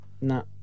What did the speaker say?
No